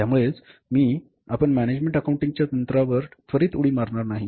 त्यामुळेच मी आपण मॅनॅजमेण्ट अकाउंटिंगच्या तंत्रांवर त्वरित उडी मारणार नाहीत